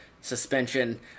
suspension